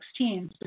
2016